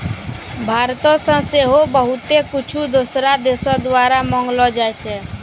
भारतो से सेहो बहुते कुछु दोसरो देशो द्वारा मंगैलो जाय छै